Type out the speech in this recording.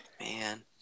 Man